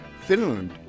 Finland